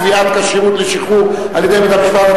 קביעת כשירות לשחרור על-ידי בית-המשפט),